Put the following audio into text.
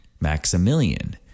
Maximilian